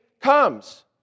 comes